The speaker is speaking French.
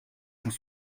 cent